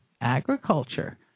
agriculture